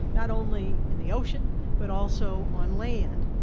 not only in the ocean but also on land.